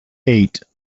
eight